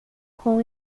com